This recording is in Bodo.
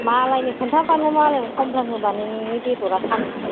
मालायनो खोनथाबानो मालायनो खमप्लेन होबानो नोंनि बेदरआ फाननो हानाय नङा